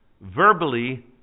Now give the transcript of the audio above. Verbally